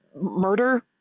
Murder